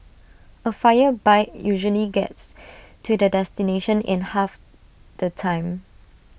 A fire bike usually gets to the destination in half the time